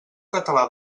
català